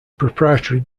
proprietary